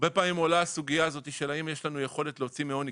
הרבה פעמים עולה הסוגיה הזאת של האם יש לנו יכולת להוציא מעוני?